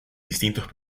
distintos